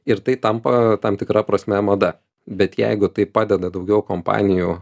ir tai tampa tam tikra prasme mada bet jeigu tai padeda daugiau kompanijų